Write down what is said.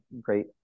Great